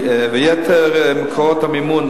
ויתר מקורות המימון,